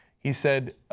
he said,